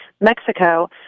Mexico